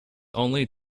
only